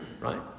right